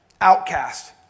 outcast